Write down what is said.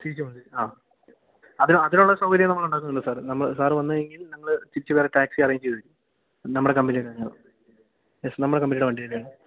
മതി ആ അതിന് അതിനുള്ള സൗകര്യം നമ്മൾ ഉണ്ടാക്കുന്നുണ്ട് സാർ നമ്മള് സാർ വന്നുകഴിഞ്ഞെങ്കിൽ നമ്മള് തിരിച്ചു വേറെ ടാക്സി അറേഞ്ച് ചെയ്തുതരും നമ്മുടെ യെസ് നമ്മുടെ കമ്പനിയുടെ വണ്ടിയാണ്